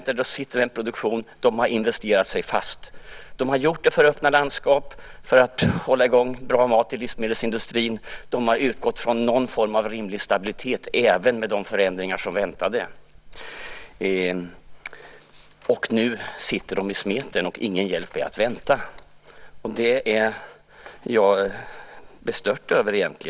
De har investerat sig fast i en produktion. De har gjort det för att vi ska ha öppna landskap och för att hålla i gång produktionen av bra mat till livsmedelsindustrin. De har utgått från någon form av rimlig stabilitet trots de förändringar som väntade. Och nu sitter de alltså fast i smeten och ingen hjälp är att vänta. Det är jag bestört över.